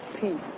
peace